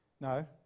No